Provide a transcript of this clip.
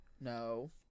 No